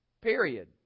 Period